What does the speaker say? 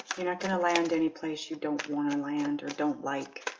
you're not going to land anyplace you don't want to land or don't like